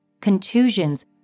contusions